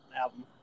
album